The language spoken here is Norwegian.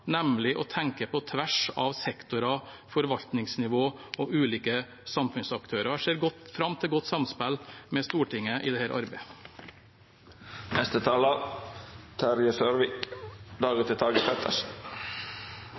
nemlig å tenke på tvers av sektorer, forvaltningsnivåer og ulike samfunnsaktører. Jeg ser fram til